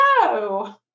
No